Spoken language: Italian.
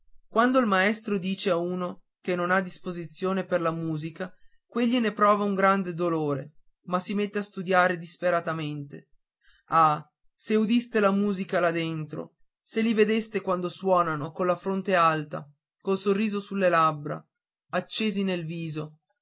quando il maestro dice a uno che non ha disposizione alla musica quegli ne prova un grande dolore ma si mette a studiare disperatamente ah se udiste la musica là dentro se li vedeste quando suonano colla fronte alta col sorriso sulle labbra accesi nel viso